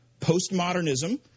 postmodernism